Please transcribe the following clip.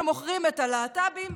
שמוכרים את הלהט"בים,